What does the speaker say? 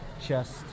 chest